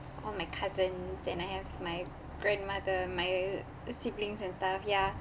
all my cousins and I have my grandmother my siblings and stuff ya